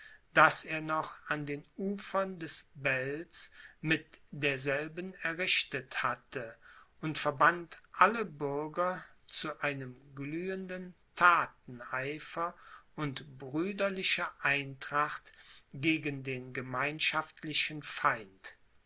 das er noch an den ufern des belts mit derselben errichtet hatte und verband alle bürger zu einem glühenden thateneifer und brüderlicher eintracht gegen den gemeinschaftlichen feind